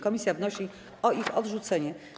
Komisja wnosi o ich odrzucenie.